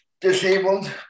disabled